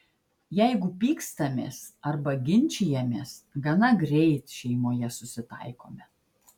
jeigu pykstamės arba ginčijamės gana greit šeimoje susitaikome